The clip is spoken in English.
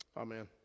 Amen